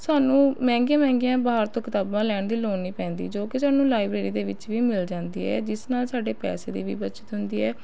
ਸਾਨੂੰ ਮਹਿੰਗੀਆਂ ਮਹਿੰਗੀਆਂ ਬਾਹਰ ਤੋਂ ਕਿਤਾਬਾਂ ਲੈਣ ਦੀ ਲੋੜ ਨਹੀਂ ਪੈਂਦੀ ਜੋ ਕਿ ਸਾਨੂੰ ਲਾਇਬ੍ਰੇਰੀ ਦੇ ਵਿੱਚ ਵੀ ਮਿਲ ਜਾਂਦੀ ਹੈ ਜਿਸ ਨਾਲ ਸਾਡੇ ਪੈਸੇ ਦੀ ਵੀ ਬੱਚਤ ਹੁੰਦੀ ਹੈ